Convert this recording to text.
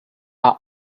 are